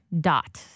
Dot